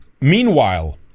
Meanwhile